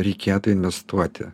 reikėtų investuoti